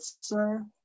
sir